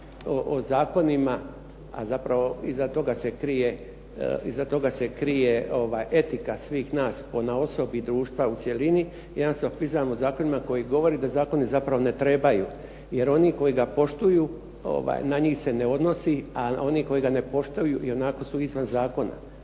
o zakonima, a zapravo iza toga se krije etika svih nas ponaosob i društva u cjelini, jedan sofizam o zakonima koji govori da zakoni zapravo ne trebaju, jer oni koji ga poštuju na njih se ne odnosi, a oni koji ga ne poštuju ionako su izvan zakona.